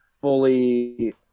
fully